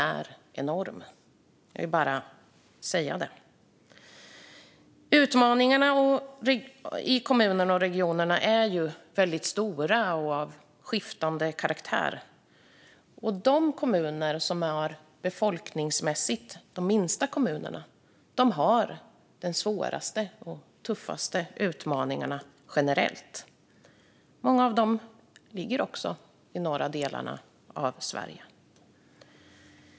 Jag vill bara säga det. Utmaningarna i kommunerna och regionerna är väldigt stora och av skiftande karaktär. De befolkningsmässigt minsta kommunerna har generellt de tuffaste utmaningarna. Många av dem ligger också i de norra delarna av Sverige.